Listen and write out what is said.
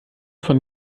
von